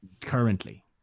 Currently